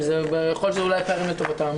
יכול להיות שאולי הפערים לטובתן.